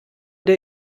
der